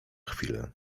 chwilę